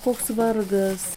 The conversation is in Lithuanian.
koks vargas